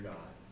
God